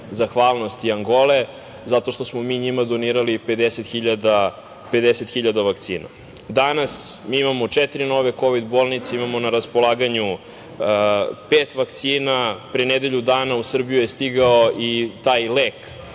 zahvalnost Angole zato što smo mi njima donirali 50 hiljada vakcina. Danas imamo četiri nove kovid bolnice. Imamo na raspolaganju pet vakcina. Pre nedelju dana u Srbiju je stigao i taj lek